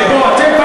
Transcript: אתם,